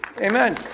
Amen